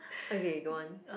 okay go on